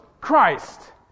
Christ